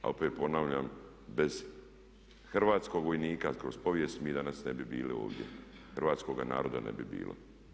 A opet ponavljam bez hrvatskog vojnika kroz povijest mi danas ne bi bili ovdje, hrvatskoga naroda ne bi bilo.